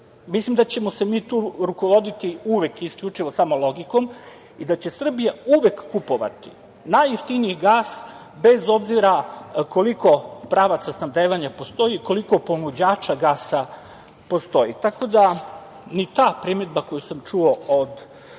Mislim da ćemo se mi tu rukovoditi uvek i isključivo samo logikom i da će Srbija uvek kupovati najjeftiniji gas, bez obzira koliko pravaca snabdevanja postoji, koliko ponuđača gasa postoji. Tako da, ni ta primedba koju sam čuo od